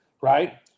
Right